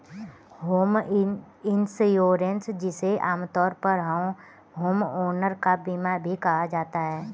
home insurance जिसे आमतौर पर होमओनर का बीमा भी कहा जाता है